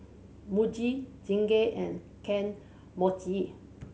Muji Chingay and Kane Mochi